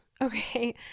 Okay